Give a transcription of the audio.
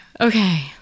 okay